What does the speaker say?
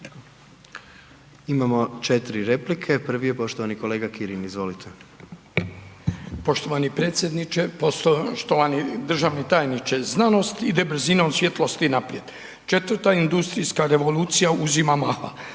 Imamo 4 replike, prvi je poštovani kolega Kirin, izvolite. **Kirin, Ivan (HDZ)** Poštovani predsjedniče, poštovani državni tajniče, znanost ide brzinom svjetlosti naprijed, četvrta industrijska revolucija uzima maha.